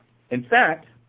in fact,